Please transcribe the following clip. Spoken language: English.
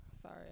Sorry